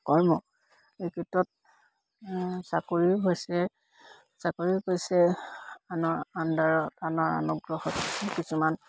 কৰ্ম এই ক্ষেত্ৰত চাকৰিও হৈছে চাকৰিও হৈছে আনৰ আণ্ডাৰত আনৰ অনুগ্ৰহত কিছুমান